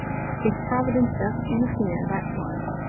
if providence doesn't interfere, that's what.